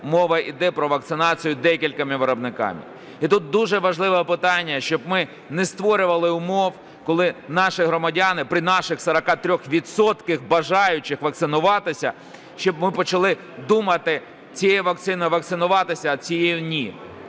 мова йде про вакцинацію декількома виробниками. І тут дуже важливе питання, щоб ми не створювали умов, коли наші громадяни при наших 43 відсотках бажаючих вакцинуватися, щоб ми почали думати, цією вакциною вакцинуватися, а цією ні.